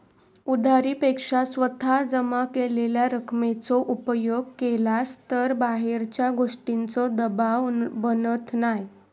उधारी पेक्षा स्वतः जमा केलेल्या रकमेचो उपयोग केलास तर बाहेरच्या गोष्टींचों दबाव बनत नाय